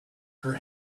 her